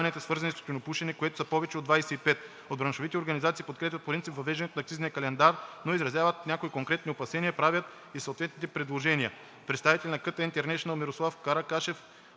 Правят и съответните предложения.